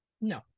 No